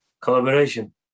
collaboration